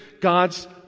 God's